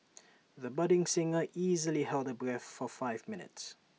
the budding singer easily held her breath for five minutes